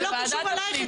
זה לא קשור אלייך,